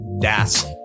DAS